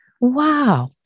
Wow